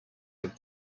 have